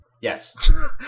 Yes